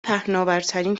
پهناورترین